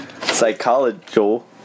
Psychological